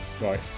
right